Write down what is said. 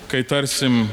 kai tarsim